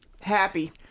happy